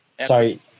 Sorry